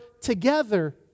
together